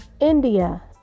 India